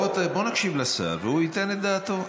בוא נקשיב לשר והוא ייתן את דעתו.